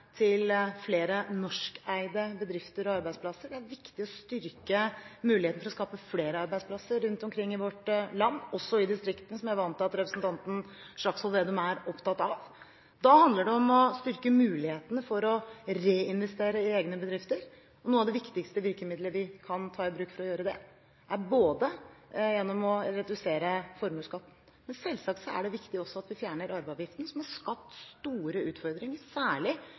til flere norskeide bedrifter og arbeidsplasser. Det er viktig å styrke muligheten for å skape flere arbeidsplasser rundt omkring i vårt land, også i distriktene, som jeg er vant til at representanten Slagsvold Vedum er opptatt av. Da handler det om å styrke mulighetene for å reinvestere i egne bedrifter, og et av de viktigste virkemidlene vi kan ta i bruk for å gjøre det, er å redusere formuesskatten, men selvsagt er det også viktig at vi fjerner arveavgiften, som har skapt store utfordringer, særlig